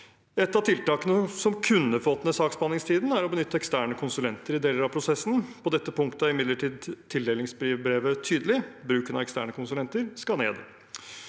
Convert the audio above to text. Et av tiltakene som kunne fått ned saksbehandlingstiden, er å benytte eksterne konsulenter i deler av prosessen. På dette punktet er imidlertid tildelingsbrevet tydelig: Bruken av eksterne konsulenter skal ned.